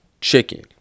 chicken